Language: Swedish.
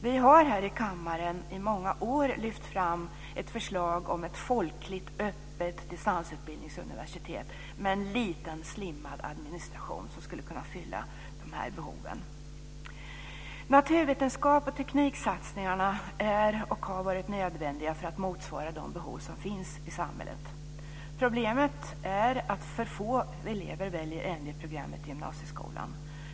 Vi har här i kammaren i många år lyft fram ett förslag om ett folkligt öppet distansutbildningsuniversitet med en liten slimmad administration som skulle kunna fylla de här behoven. Naturvetenskap och tekniksatsningarna är och har varit nödvändiga för att motsvara de behov som finns i samhället. Problemet är att för få elever väljer NV-programmet i gymnasieskolan.